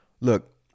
Look